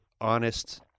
honest